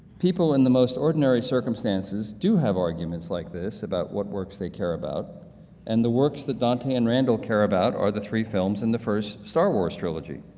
people in the most ordinary circumstances do have arguments like this, about what works they care about and the works that dante and randall care about are the three films in the first star wars trilogy.